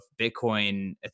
Bitcoin